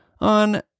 on